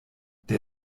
der